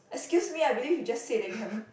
excuse me I believe you just said that you haven't